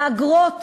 האגרות